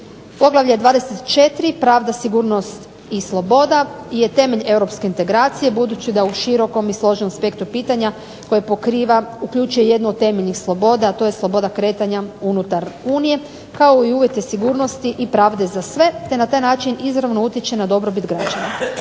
Poglavlje 24. – Pravda, sigurnost i sloboda je temelj europske integracije budući da u širokom i složenom spektru pitanja koje pokriva uključuje jednu od temeljnih sloboda, a to je sloboda kretanja unutar Unije kao i uvjete sigurnosti i pravde za sve te na taj način izravno utječe na dobrobit građana.